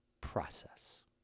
process